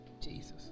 Jesus